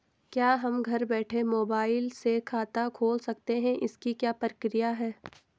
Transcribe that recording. क्या हम घर बैठे मोबाइल से खाता खोल सकते हैं इसकी क्या प्रक्रिया है?